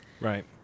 Right